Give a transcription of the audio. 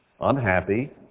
unhappy